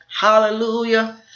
Hallelujah